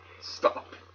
stop